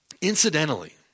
Incidentally